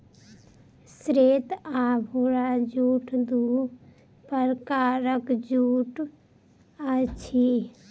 श्वेत आ भूरा जूट दू प्रकारक जूट अछि